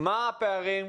מה הפערים.